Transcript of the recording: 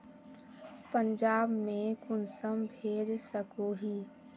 पंजाब में कुंसम भेज सकोही?